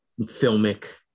filmic